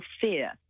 fear